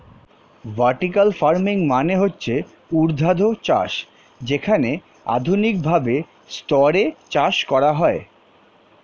vertical farming মানে হচ্ছে ঊর্ধ্বাধ চাষ যেখানে আধুনিক ভাবে স্তরে চাষ করা হয়